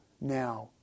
now